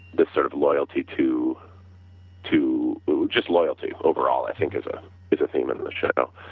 that sort of loyalty to to just loyalty overall i think is ah is a theme in the show.